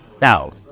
Now